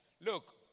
Look